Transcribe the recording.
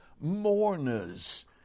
mourners